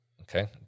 Okay